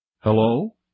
Hello